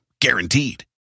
Guaranteed